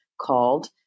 called